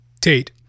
Tate